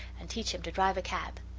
and teach him to drive a cab.